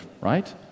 right